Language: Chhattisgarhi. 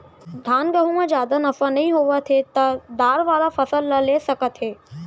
धान, गहूँ म जादा नफा नइ होवत हे त दार वाला फसल ल ले सकत हे